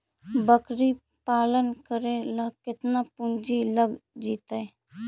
बकरी पालन करे ल केतना पुंजी लग जितै?